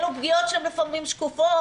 אלו פגיעות שהן לפעמים שקופות,